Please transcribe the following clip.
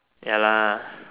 ya lah